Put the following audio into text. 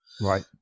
right